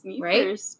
right